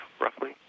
roughly